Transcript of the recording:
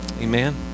Amen